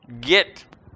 get